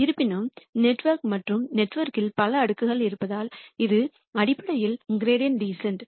இருப்பினும் நெட்வொர்க் மற்றும் நெட்வொர்க்கில் பல அடுக்குகள் இருப்பதால் இது அடிப்படையில் கிரீடிஅண்ட் டீசன்ட்